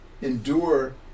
endure